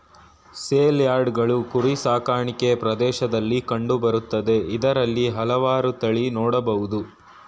ಸೇಲ್ಯಾರ್ಡ್ಗಳು ಕುರಿ ಸಾಕಾಣಿಕೆ ಪ್ರದೇಶ್ದಲ್ಲಿ ಕಂಡು ಬರ್ತದೆ ಇದ್ರಲ್ಲಿ ಹಲ್ವಾರ್ ತಳಿ ನೊಡ್ಬೊದು